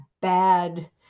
bad